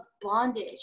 bondage